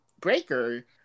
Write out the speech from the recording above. Breaker